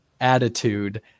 attitude